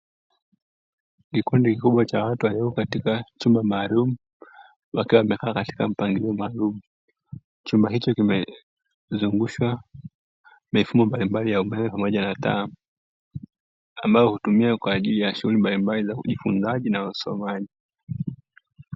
Kikundi kikubwa cha watu waliopo katika chumba maalumu wakiwa wamekaa katika mpangilio maalumu, chumba hiko kimezungushiwa mifumo mbalimbali ya umeme pamoja na taa, ambazo hutumika kwa ajili ya shughuli mbalimbali za ujifunzaji na usomaji.